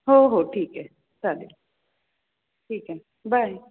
हो हो ठीक आहे चालेल ठीक आहे बाय